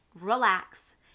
relax